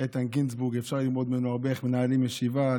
איתן גינזבורג אפשר ללמוד הרבה, איך מנהלים ישיבה.